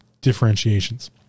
differentiations